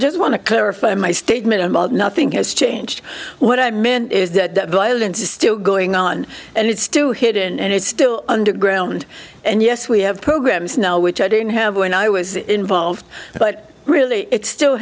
judges want to clarify my statement a mug nothing has changed what i meant is that the violence is still going on and it's still hidden and it's still underground and yes we have programs now which i didn't have when i was involved but really it's still